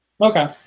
okay